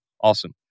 Awesome